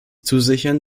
zusichern